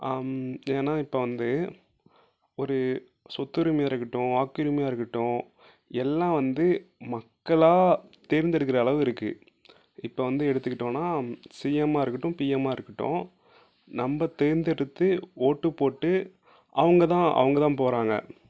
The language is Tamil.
ஏன்னால் இப்போ வந்து ஒரு சொத்துரிமையாக இருக்கட்டும் வாக்குரிமையாக இருக்கட்டும் எல்லாம் வந்து மக்களாக தேர்ந்தெடுக்கிற அளவு இருக்குது இப்போ வந்து எடுத்துகிட்டோன்னால் சிஎம்மாக இருக்கட்டும் பிஎம்மாக இருக்கட்டும் நம்ம தேர்ந்தெடுத்து ஓட்டு போட்டு அவங்க தான் அவங்க தான் போகிறாங்க